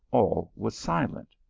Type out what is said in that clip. all was silent.